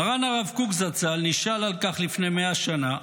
מרן הרב קוק זצ"ל נשאל על כך לפני מאה שנה,